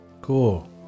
Cool